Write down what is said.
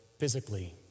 physically